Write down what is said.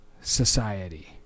Society